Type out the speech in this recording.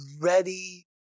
ready